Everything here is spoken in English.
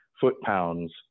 foot-pounds